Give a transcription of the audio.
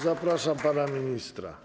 Zapraszam pana ministra.